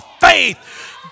faith